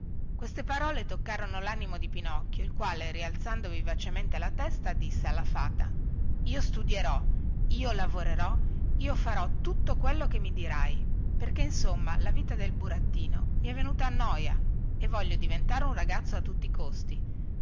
queste parole toccarono lanimo di pinocchio il quale rialzando vivacemente la testa disse alla fata io studierò io lavorerò io farò tutto quello che mi dirai perché insomma la vita del burattino mi è venuta a noia e voglio diventare un ragazzo a tutti i costi